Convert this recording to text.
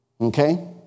Okay